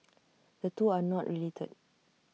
the two are not related